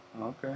okay